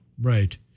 Right